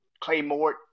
Claymore